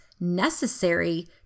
necessary